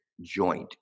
joint